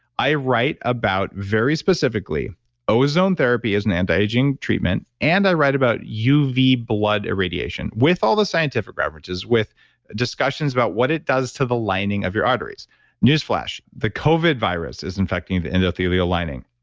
i write about, very specifically ozone therapy is an antiaging treatment, and i write about uv blood irradiation, with all the scientific references, with discussions about what it does to the lining of your arteries newsflash, the covid virus is infecting the endothelial lining.